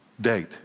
date